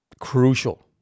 crucial